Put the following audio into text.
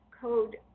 code